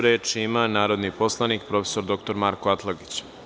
Reč ima narodni poslanik prof. dr Marko Atlagić.